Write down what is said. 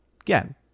again